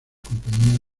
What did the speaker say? compañía